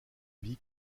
vie